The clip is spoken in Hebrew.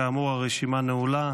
כאמור, הרשימה נעולה.